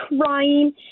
crying